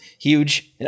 Huge